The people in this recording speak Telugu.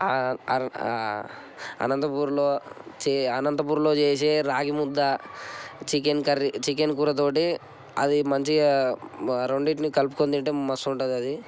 అనంతపూర్లో చే అనంతపూర్లో చేసే రాగి ముద్ద చికెన్ కర్రీ చికెన్ కూరతోటి అది మంచిగా రెండిటిని కలుపుకుని తింటే మస్తు ఉంటుంది అది